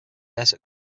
desert